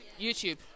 YouTube